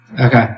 Okay